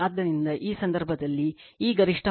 ಆದ್ದರಿಂದ ಈ ಸಂದರ್ಭದಲ್ಲಿ ಈ ಗರಿಷ್ಠ ಮೌಲ್ಯ ನಂತರ √ 2 V